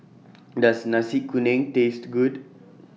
Does Nasi Kuning Taste Good